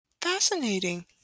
Fascinating